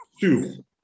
two